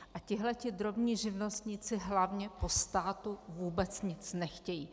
A tihle drobní živnostníci hlavně po státu vůbec nic nechtějí.